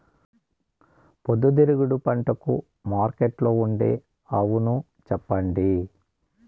పొద్దుతిరుగుడు పంటకు మార్కెట్లో ఉండే అవును చెప్పండి?